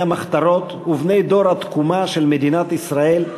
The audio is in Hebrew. המחתרות ובני דור התקומה של מדינת ישראל,